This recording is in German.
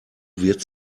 wird